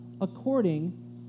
according